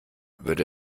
würde